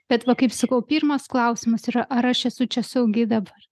bet va kaip sakau pirmas klausimas yra ar aš esu čia saugi dabar